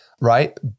right